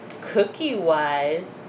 cookie-wise